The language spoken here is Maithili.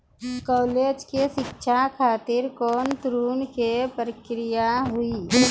कालेज के शिक्षा खातिर कौन ऋण के प्रक्रिया हुई?